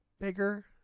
bigger